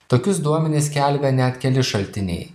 tokius duomenis skelbia net keli šaltiniai